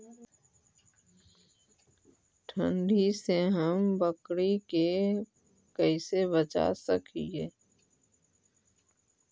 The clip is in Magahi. ठंडी से हम बकरी के कैसे बचा सक हिय?